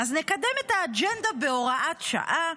אז נקדם את האג'נדה בהוראת שעה,